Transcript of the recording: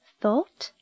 thought